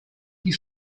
die